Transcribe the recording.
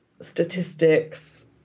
statistics